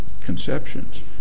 conceptions